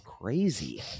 crazy